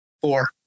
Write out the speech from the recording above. Four